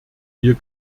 hier